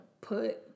put